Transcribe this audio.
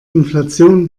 inflation